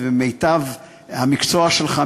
וממיטב המקצועיות שלך,